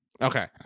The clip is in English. Okay